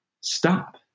stop